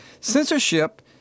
censorship